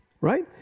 right